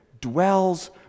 dwells